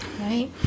Right